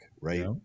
Right